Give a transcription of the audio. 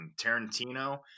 Tarantino